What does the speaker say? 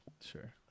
Sure